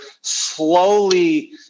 slowly